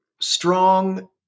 strong